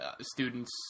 students